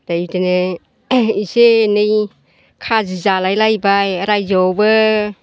दा बेदिनो एसे एनै खाजि जालायलायबाय रायजोआवबो